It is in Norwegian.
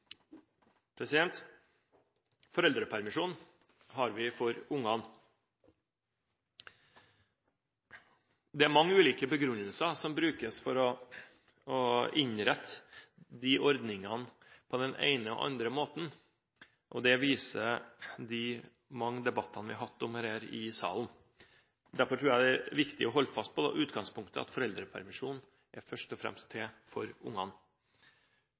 mange ulike begrunnelser som brukes for å innrette de ordningene på den ene eller andre måten, og det viser de mange debattene vi har hatt om dette i salen. Derfor tror jeg det er viktig å holde fast ved utgangspunktet: foreldrepermisjonen er først og fremst til for ungene.